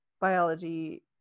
biology